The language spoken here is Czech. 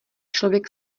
člověk